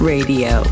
Radio